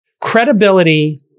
credibility